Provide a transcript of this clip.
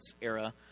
era